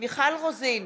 מיכל רוזין,